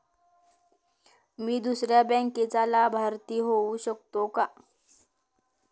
मी दुसऱ्या बँकेचा लाभार्थी होऊ शकतो का?